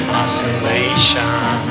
oscillation